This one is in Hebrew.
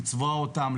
לצבוע אותם,